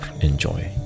enjoy